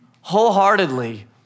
wholeheartedly